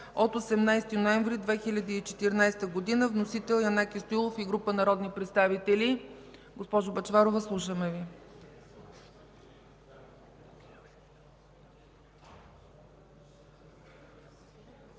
от 18 ноември 2014 г. Вносители: Янаки Стоилов и група народни представители. Госпожо Бъчварова, слушаме Ви.